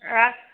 आं